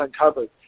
uncovered